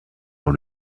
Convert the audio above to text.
dans